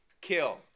kill